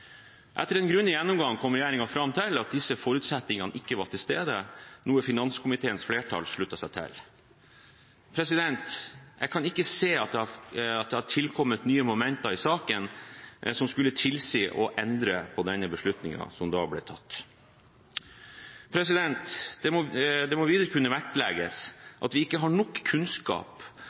Etter en grundig gjennomgang kom regjeringen fram til at disse forutsetningene ikke var til stede – noe finanskomiteens flertall sluttet seg til. Jeg kan ikke se at det har tilkommet nye momenter i saken som skulle tilsi at man skulle endre på den beslutningen som da ble tatt. Det må videre kunne vektlegges at vi ikke har nok kunnskap